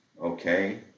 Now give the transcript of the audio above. okay